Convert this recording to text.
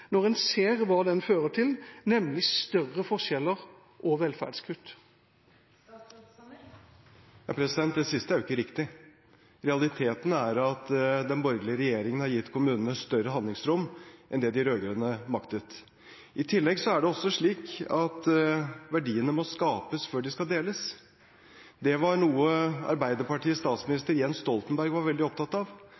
når man ser hva det fører til, nemlig større forskjeller og velferdskutt. Det siste er jo ikke riktig. Realiteten er at den borgerlige regjeringen har gitt kommunene større handlingsrom enn den rød-grønne maktet. I tillegg er det også slik at verdiene må skapes før de skal deles. Det var noe